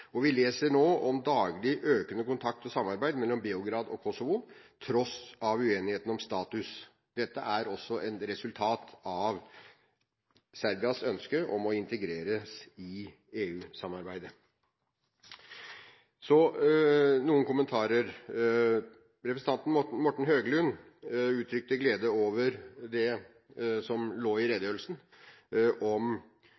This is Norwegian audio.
Vi leser nå om daglig økende kontakt og samarbeid mellom Beograd og Kosovo, tross uenigheten om status. Dette er også et resultat av Serbias ønske om å integreres i EU-samarbeidet. Så noen kommentarer: Representanten Morten Høglund uttrykte glede over det som lå i